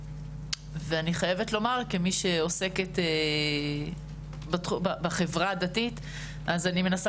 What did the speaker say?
ואני חייבת לומר כמי שעוסקת בחברה הדתית שאני מנסה